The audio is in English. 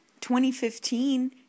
2015